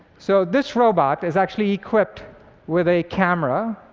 so this robot is actually equipped with a camera,